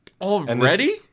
Already